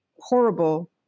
horrible